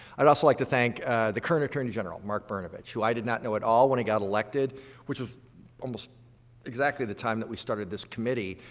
i'd also like to think the current attorney general, mark brnovich who i did not know at all when he got elected which was almost exactly the time we started this committee,